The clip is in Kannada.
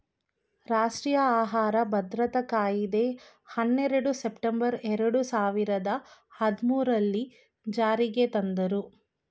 ರಾಷ್ಟ್ರೀಯ ಆಹಾರ ಭದ್ರತಾ ಕಾಯಿದೆ ಹನ್ನೆರಡು ಸೆಪ್ಟೆಂಬರ್ ಎರಡು ಸಾವಿರದ ಹದ್ಮೂರಲ್ಲೀ ಜಾರಿಗೆ ತಂದ್ರೂ